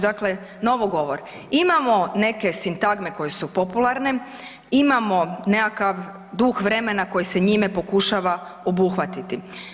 Dakle, novogovor imamo neke sintagme koje su popularne, imamo nekakav duh vremena koji se njime pokušava obuhvatiti.